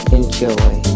Enjoy